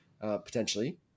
potentially